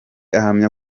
ahamya